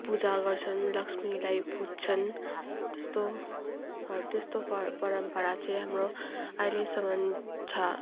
पूजा गर्छन् लक्ष्मीलाई पुज्छन् त्यस्तो त्यस्तो परम्परा चाहिँ हाम्रो अहिलेसम्म छ